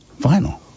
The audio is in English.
Vinyl